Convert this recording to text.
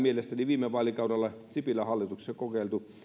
viime vaalikaudella sipilän hallituksessa kokeillun